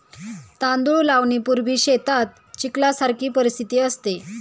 तांदूळ लावणीपूर्वी शेतात चिखलासारखी परिस्थिती असते